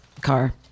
car